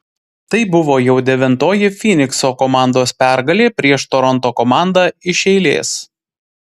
tai buvo jau devintoji fynikso komandos pergalė prieš toronto komandą iš eilės